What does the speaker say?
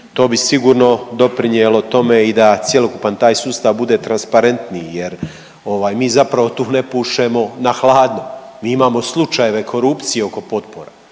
to bi sigurno doprinijelo tome i da cjelokupan taj sustav bude transparentniji jer mi zapravo tu ne pušemo na gladno. Mi imamo slučajeve korupcije oko potpora,